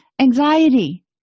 Anxiety